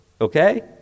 okay